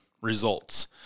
results